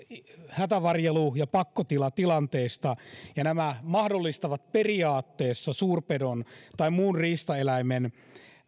hätävarjelu ja pakkotilatilanteista ja nämä mahdollistavat periaatteessa suurpedon tai muun riistaeläimen